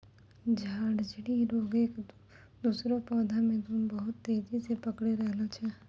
झड़की रोग एक से दुसरो पौधा मे बहुत तेजी से पकड़ी रहलो छै